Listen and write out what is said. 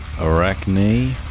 arachne